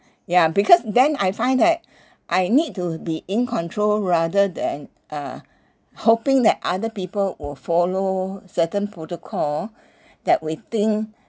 ya because then I find that I need to be in control rather than(uh)hoping that other people will follow certain protocol that we think mm